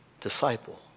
disciple